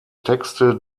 texte